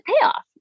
payoff